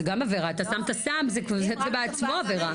אגב, זה גם עבירה, אתה שמת סם, זה בעצמו עבירה.